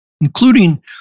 including